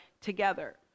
together